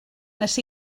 nes